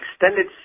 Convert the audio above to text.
extended